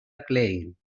klein